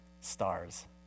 stars